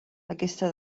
aquesta